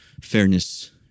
fairness